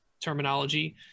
terminology